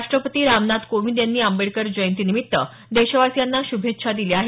राष्ट्रपती रामनाथ कोविंद यांनी आंबेडकर जयंतीनिमित्त देशवासियांना शुभेच्छा दिल्या आहेत